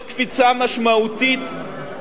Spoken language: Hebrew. קפצו מחירים.